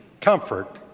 comfort